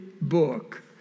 book